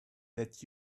that